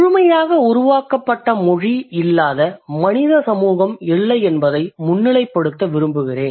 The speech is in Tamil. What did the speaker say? முழுமையாக உருவாக்கப்பட்ட மொழி இல்லாத மனித சமூகம் இல்லை என்பதை முன்னிலைப்படுத்த விரும்புகிறேன்